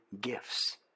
gifts